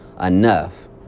enough